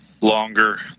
longer